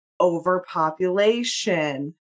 overpopulation